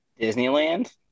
Disneyland